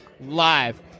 live